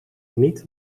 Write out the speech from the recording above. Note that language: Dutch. niet